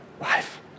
life